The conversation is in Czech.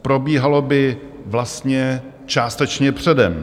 Probíhalo by vlastně částečně předem.